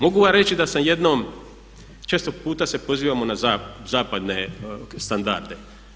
Mogu vam reći da sam jednom često puta se pozivamo na zapadne standarde.